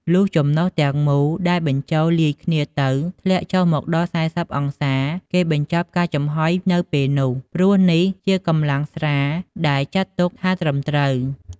លុះចំណុះទាំងមូលដែលបញ្ចូលលាយគ្នាទៅ ធ្លាក់ចុះមកដល់៤០អង្សា គេបញ្ចប់ការចំហុយនៅពេលនោះ ព្រោះនេះជាកម្លាំងស្រាសដែលចាត់ទុកថាត្រឹមត្រូវ។